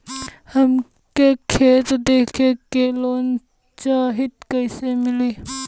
हमके खेत देखा के लोन चाहीत कईसे मिली?